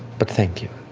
but thank you.